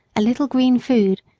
a little green food,